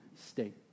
state